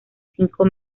cinco